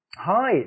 Hi